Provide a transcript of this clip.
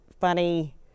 funny